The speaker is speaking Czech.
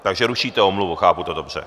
Takže rušíte omluvu, chápu to dobře.